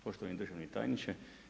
Poštovani državni tajniče.